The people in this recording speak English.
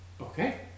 okay